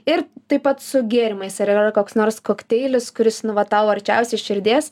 ir taip pat su gėrimais ar yra koks nors kokteilis kuris nu va tau arčiausiai širdies